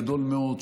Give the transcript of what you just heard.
גדול מאוד,